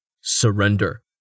Surrender